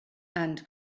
and